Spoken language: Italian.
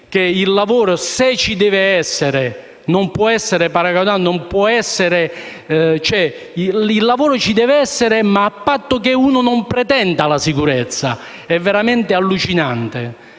il lavoro ci deve essere ma a patto che non si pretenda la sicurezza. È veramente allucinante!